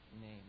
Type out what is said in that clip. name